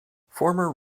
former